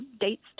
dates